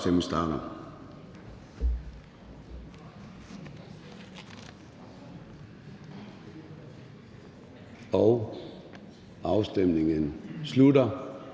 Afstemningen slutter.